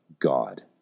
God